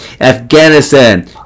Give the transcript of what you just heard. Afghanistan